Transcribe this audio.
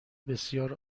بسیار